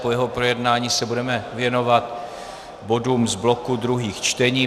Po jeho projednání se budeme věnovat bodům z bloku druhých čtení.